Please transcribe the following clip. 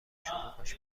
شلوغش